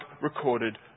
recorded